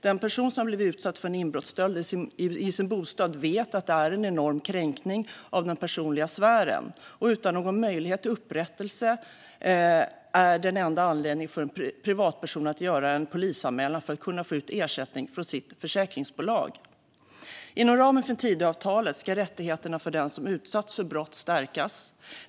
Den person som har blivit utsatt för en inbrottsstöld i sin bostad vet att det är en enorm kränkning av den personliga sfären. Och utan någon möjlighet till upprättelse är den enda anledningen för en privatperson att göra en polisanmälan att man ska kunna få ut ersättning från sitt försäkringsbolag. Inom ramen för Tidöavtalet ska rättigheterna för den som utsatts för brott stärkas.